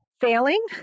failing